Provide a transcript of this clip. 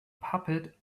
puppet